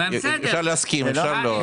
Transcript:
אפשר להסכים, אפשר לא.